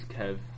Kev